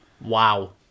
Wow